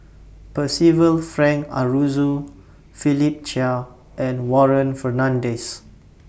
Percival Frank Aroozoo Philip Chia and Warren Fernandez